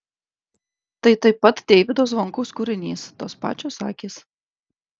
tai taip pat deivydo zvonkaus kūrinys tos pačios akys